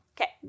Okay